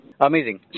Amazing